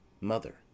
mother